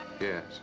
Yes